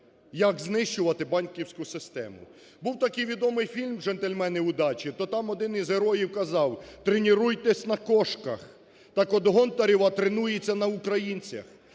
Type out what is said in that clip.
як знищувати банківську систему. Був такий відомий фільм "Джентльмены удачи", то там один із героїв казав: тренируйтесь на кошках. Так от Гонтарева тренується на українцях,